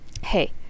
hey